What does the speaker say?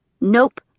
Nope